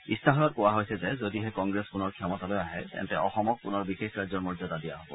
ইস্তাহাৰত কোৱা হৈছে যে যদিহে কংগ্ৰেছ পুনৰ ক্ষমতালৈ আহে তেন্তে অসমক পূনৰ বিশেষ ৰাজ্যৰ মৰ্যাদা দিয়া হব